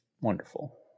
wonderful